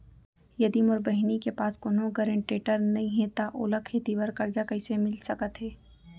यदि मोर बहिनी के पास कोनो गरेंटेटर नई हे त ओला खेती बर कर्जा कईसे मिल सकत हे?